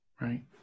Right